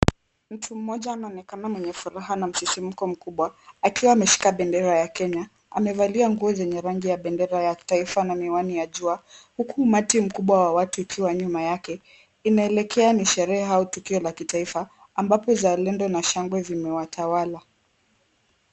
Mtu mmoja anaonekana mwenye furaha na msisimuko mkubwa. Akiwa ameshika bendera ya Kenya. Amevalia nguo zenye rangi ya bendera ya taifa na miwani ya jua, huku umati mkubwa wa watu ukiwa nyuma yake. Inaelekea ni sherehe au tukio la kitaifa, ambapo uzalendo na shangwe zimewatawala.